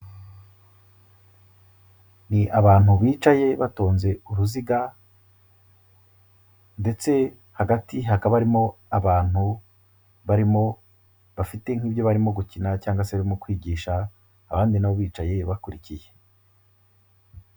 Ni abantu bicaye batonze uruziga ndetse hagati hakaba harimo abantu barimo bafite nk'ibyo barimo gukina cyangwa se barimo kwigisha abandi na bo bicaye bakurikiye.